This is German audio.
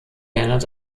erinnert